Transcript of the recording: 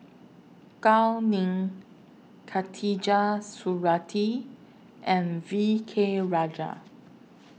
Gao Ning Khatijah Surattee and V K Rajah